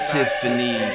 Tiffany